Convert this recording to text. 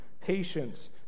Patience